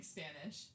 Spanish